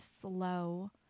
slow